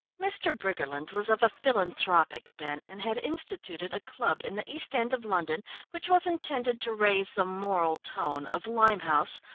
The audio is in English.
mr. briggerland was of a philanthropic bent, and had instituted a club in the east end of london which was intended to raise the moral tone of limehouse,